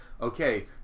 okay